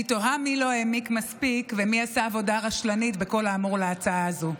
אני תוהה מי לא העמיק מספיק ומי עשה עבודה רשלנית בכל האמור בהצעה הזו.